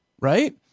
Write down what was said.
right